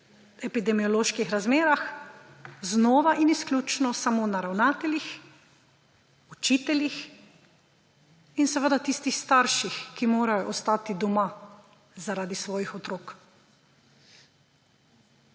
epidemioloških razmerah znova in izključno samo na ravnateljih, učiteljih in seveda tistih starših, ki morajo ostati doma zaradi svojih otrok.